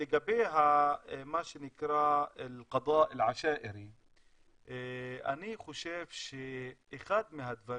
לגבי מה שנקרא המשפט הבדואי אני חושב שאחד מהדברים,